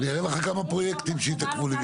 אני אראה לך כמה פרויקטים שהתעכבו לי